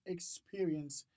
Experience